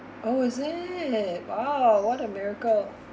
oh is it !wow! what a miracle